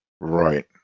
Right